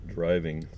Driving